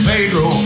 Pedro